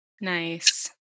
Nice